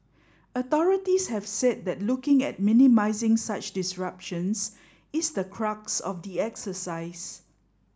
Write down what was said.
authorities have said that looking at minimising such disruptions is the crux of the exercise